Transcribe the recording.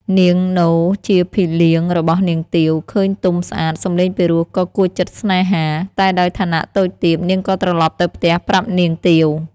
នាងនោជាភិលៀងរបស់នាងទាវ ឃើញទុំស្អាត សំឡេងពិរោះក៏គួចចិត្តសេ្នហា តែដោយឋានៈតូចទាបនាងក៏ត្រឡប់ទៅផ្ទះប្រាប់នាងទាវ។